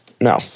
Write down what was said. No